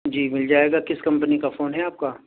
جی مل جائے گا کس کمپنی کا فون ہے آپ کا